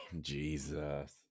jesus